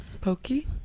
Pokey